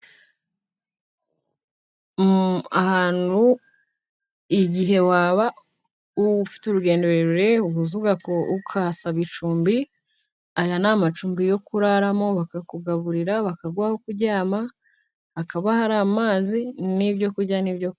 Ahantu igihe waba ufite urugendo rurerure uza ugasaba icumbi aya ni amacumbi yo kuraramo, bakakugaburira bakaguha aho kuryama hakaba hari amazi n'ibyo kurya n'ibyo kunywa.